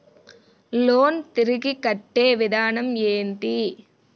Loan తిరిగి కట్టే విధానం ఎంటి?